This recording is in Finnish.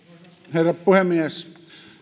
herra puhemies